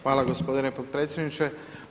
Hvala gospodine potpredsjedniče.